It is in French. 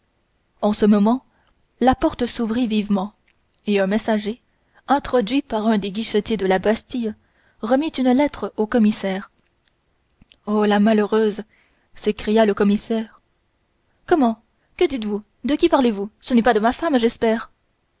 en ce moment la porte s'ouvrit vivement et un messager introduit par un des guichetiers de la bastille remit une lettre au commissaire oh la malheureuse s'écria le commissaire comment que dites-vous de qui parlez-vous ce n'est pas de ma femme j'espère